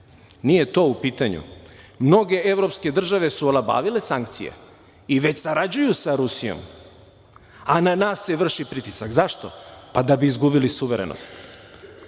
Nije to u pitanju. Mnoge evropske države su olabavite sankcije i već sarađuju sa Rusijom, a na nas se vrši pritisak. Zašto? Da bi izgubili suverenost.